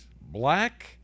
black